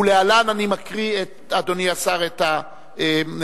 ולהלן אני מקריא, אדוני השר, את השאלה.